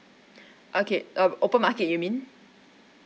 okay um open market you mean